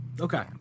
okay